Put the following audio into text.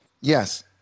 Yes